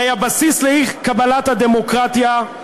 הרי הבסיס לאי-קבלת הדמוקרטיה,